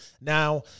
now